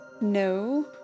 No